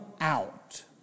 out